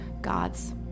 God's